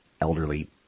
elderly